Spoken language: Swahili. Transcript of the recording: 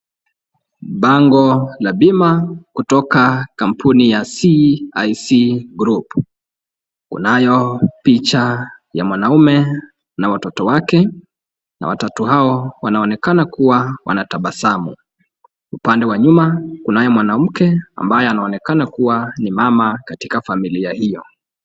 Bango la bima kutoka kampuni ya CIC group kunayo picha ya mwanaume na watoto wake na watatu hao wanaonekana kuwa wanatabasamu. Upande wa nyuma kunaye mwanamke ambaye anaonekana kuwa ni mama katika familia hiyo.